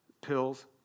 pills